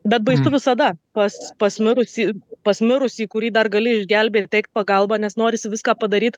bet baisu visada pas pas mirusį pas mirusį kurį dar gali išgelbėt teikt pagalbą nes norisi viską padaryt